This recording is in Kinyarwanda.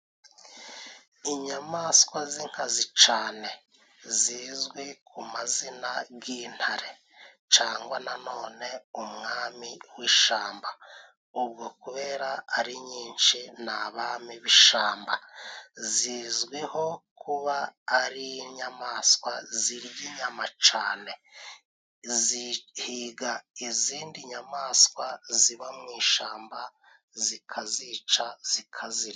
Inyamaswa z'inkazi cane zizwi ku mazina g'intare cangwa nanone umwami w'ishamba ubwo kubera ari nyinshi ni abami b'ishamba zizwiho kuba ari inyamaswa zirya inyama cane zihiga izindi nyamaswa ziba mu ishamba zikazica zikazirarya.